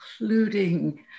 including